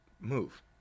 move